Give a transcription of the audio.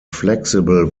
flexible